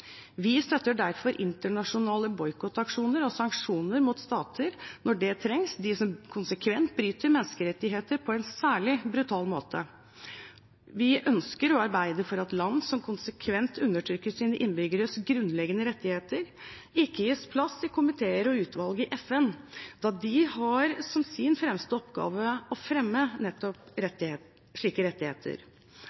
Vi støtter derfor internasjonale boikottaksjoner og sanksjoner mot stater når det trengs, de som konsekvent bryter menneskerettigheter på en særlig brutal måte. Vi ønsker å arbeide for at land som konsekvent undertrykker sine innbyggeres grunnleggende rettigheter, ikke gis plass i komiteer og utvalg i FN, da disse har som sin fremste oppgave å fremme nettopp